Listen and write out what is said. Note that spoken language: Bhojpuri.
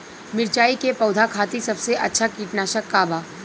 मिरचाई के पौधा खातिर सबसे अच्छा कीटनाशक का बा?